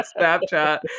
Snapchat